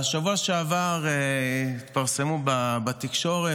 בשבוע שעבר התפרסמו בתקשורת,